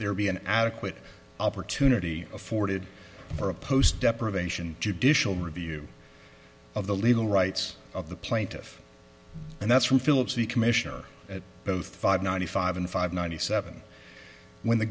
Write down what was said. there be an adequate opportunity afforded for a post deprivation judicial review of the legal rights of the plaintiff and that's from phillips the commissioner at both five ninety five and five ninety seven when the